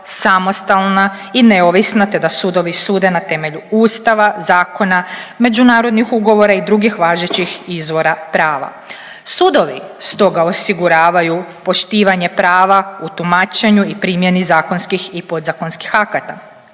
samostalna i neovisna, te da sudovi sude na temelju ustava, zakona, međunarodnih ugovora i drugih važećih izvora prava. Sudovi stoga osiguravaju poštivanje prave u tumačenju i primjeni zakonskih i podzakonskih akata.